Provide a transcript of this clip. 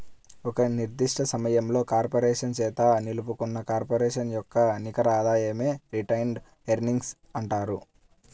ఒక నిర్దిష్ట సమయంలో కార్పొరేషన్ చేత నిలుపుకున్న కార్పొరేషన్ యొక్క నికర ఆదాయమే రిటైన్డ్ ఎర్నింగ్స్ అంటారు